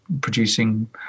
producing